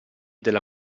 della